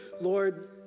Lord